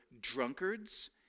drunkards